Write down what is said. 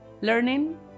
learning